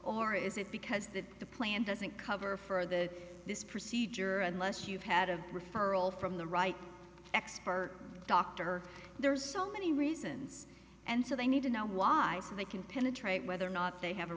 or is it because that the plan doesn't cover for the this procedure and less you've had a referral from the right expert doctor there's so many reasons and so they need to know why they can penetrate whether or not they have a